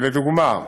לדוגמה,